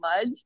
Mudge